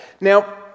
Now